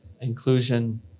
inclusion